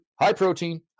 high-protein